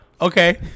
Okay